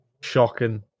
Shocking